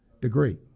degree